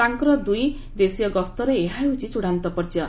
ତାଙ୍କର ଦୁଇ ଦେଶୀୟ ଗସ୍ତର ଏହାର ହେଉଛି ଚୂଡ଼ାନ୍ତ ପର୍ଯ୍ୟାୟ